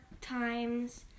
Times